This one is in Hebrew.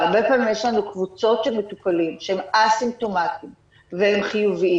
והרבה פעמים יש לנו קבוצות של מטופלים שהם אסימפטומטיים והם חיוביים,